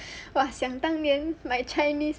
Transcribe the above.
!wah! 想当年 my chinese